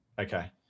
Okay